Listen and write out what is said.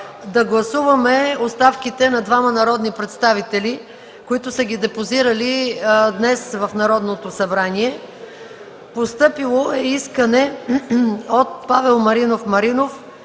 да гласуваме оставките на двама народни представители, които са ги депозирали днес в Народното събрание. Постъпило е искане от Павел Маринов Маринов,